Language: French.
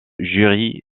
jury